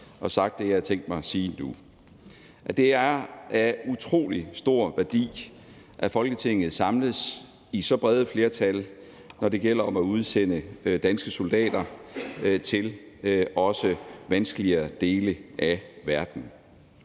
og sagt det, jeg har tænkt mig at sige nu. Det er af utrolig stor værdi, at Folketinget samles i så brede flertal, når det gælder om at udsende danske soldater til også vanskeligere dele af verden.